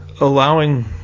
allowing